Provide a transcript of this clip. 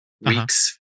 weeks